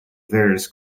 various